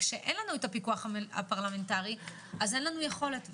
כשאין לנו פיקוח פרלמנטרי אז אין לנו יכולת.